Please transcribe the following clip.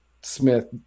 Smith